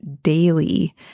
daily